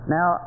Now